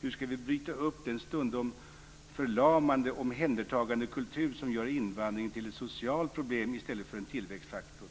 Hur skall vi bryta upp den stundom förlamande omhändertagandekultur som gör invandringen till ett socialt problem i stället för en tillväxtfaktor?